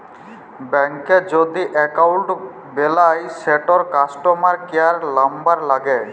ব্যাংকে যদি এক্কাউল্ট বেলায় সেটর কাস্টমার কেয়ার লামবার ল্যাগে